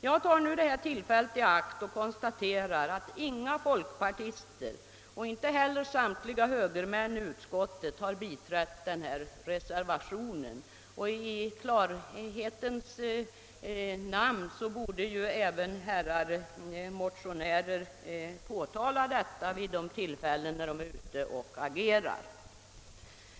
Jag tar nu tillfället i akt att konstatera att ingen folkpartist och inte heller samtliga högermän i utskottet har biträtt reservationen. I klarhetens namn borde ju herrar motionärer påpeka detta vid de tillfällen när de är ute och agerar.